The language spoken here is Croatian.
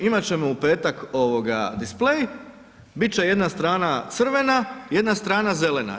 Imat ćemo u petak displej, bit će jedna strana crvena, jedna strana zelena.